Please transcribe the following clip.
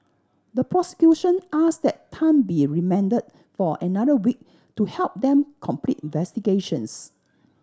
the prosecution asked that Tan be remanded for another week to help them complete investigations